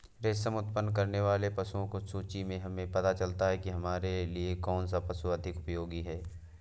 रेशम उत्पन्न करने वाले पशुओं की सूची से हमें पता चलता है कि हमारे लिए कौन से पशु अधिक उपयोगी हैं